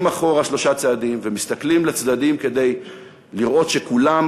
אחורה שלושה צעדים ומסתכלים לצדדים כדי לראות שכולם